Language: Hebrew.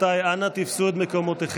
רבותיי, אנא תפסו את מקומותיכם.